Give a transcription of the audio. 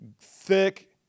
thick